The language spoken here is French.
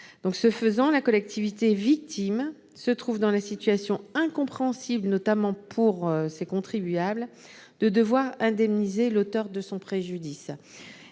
En effet, la collectivité victime se trouve alors dans la situation incompréhensible, notamment pour le contribuable, de devoir indemniser l'auteur de son préjudice.